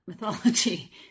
mythology